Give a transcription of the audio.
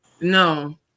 no